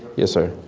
yes sir?